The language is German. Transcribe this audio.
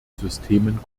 systemen